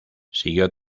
siguió